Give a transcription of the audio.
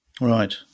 Right